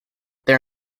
there